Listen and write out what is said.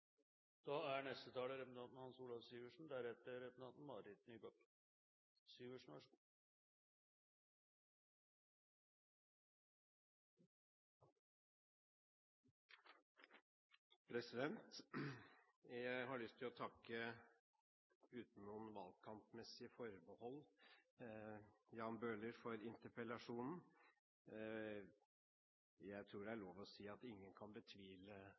Jeg har lyst til – uten noen valgkampmessige forbehold – å takke Jan Bøhler for interpellasjonen. Jeg tror det er lov å si at ingen kan betvile